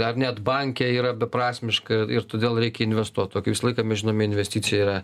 ar net banke yra beprasmiška ir todėl reikia investuot visą laiką mes žinome investicija